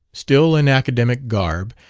still in academic garb,